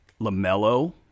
LaMelo